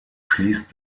schließt